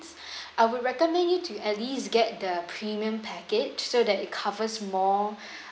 I would recommend you to at least get the premium package so that it covers more